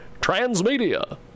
transmedia